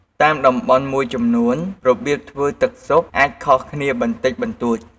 តាមតំបន់មួយចំនួន របៀបធ្វើទឹកស៊ុបអាចខុសគ្នាបន្តិចបន្តួច។